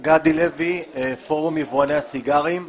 גדי לוי, פורום יבואני הסיגרים.